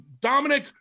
Dominic